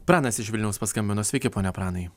pranas iš vilniaus paskambino sveiki pone pranai